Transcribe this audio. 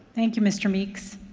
thank you, mr. meeks.